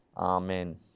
Amen